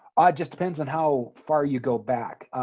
ah just depends on how far you go back.